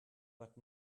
but